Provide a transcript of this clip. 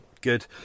good